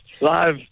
Live